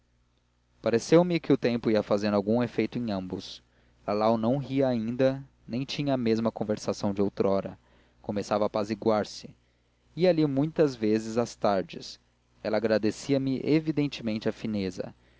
pareceu-me que o tempo ia fazendo algum efeito em ambos lalau não ria ainda nem tinha a mesma conversação de outrora começava a apaziguar se ia ali muita vez às tardes ela agradecia me evidentemente a fineza